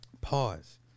pause